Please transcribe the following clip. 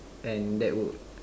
and that would